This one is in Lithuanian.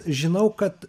žinau kad